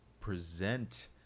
present